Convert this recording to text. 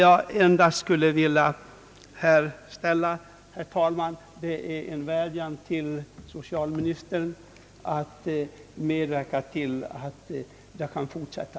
Jag skulle här vilja vädja till socialministern att medverka till att denna tillverkning kan fortsätta.